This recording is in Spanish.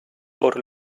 por